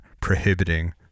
prohibiting